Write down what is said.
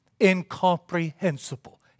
incomprehensible